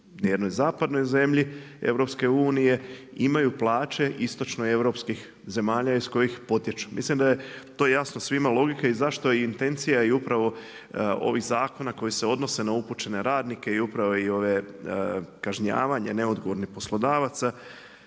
u jednoj zapadnoj zemlji EU imaju plaće istočnoeuropskih zemalja iz kojih potječu. Mislim da je to jasno svima i logika i zašto je intencija upravo ovih zakona koji se odnose na upućene radnike i kažnjavanje neodgovornih poslodavaca